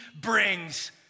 brings